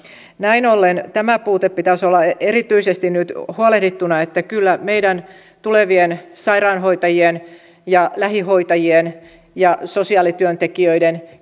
näin ollen tämä puute pitäisi olla erityisesti nyt huolehdittuna eli kyllä meidän tulevien sairaanhoitajien ja lähihoitajien ja sosiaalityöntekijöiden